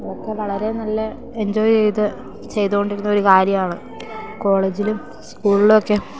അതൊക്കെ വളരെ നല്ല എഞ്ചോയ് ചെയ്തു ചെയ്തുകൊണ്ടിരുന്ന ഒരു കാര്യമാണ് കോളേജിലും സ്കൂളിലൊക്കെ